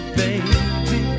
baby